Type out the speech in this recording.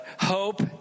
hope